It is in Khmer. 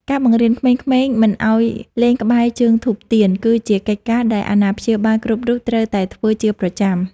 ការបង្រៀនក្មេងៗមិនឱ្យលេងក្បែរជើងធូបទៀន គឺជាកិច្ចការដែលអាណាព្យាបាលគ្រប់រូបត្រូវតែធ្វើជាប្រចាំ។